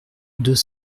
deux